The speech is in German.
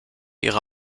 ihre